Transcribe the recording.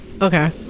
Okay